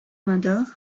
mother